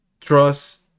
trust